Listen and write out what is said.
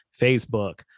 Facebook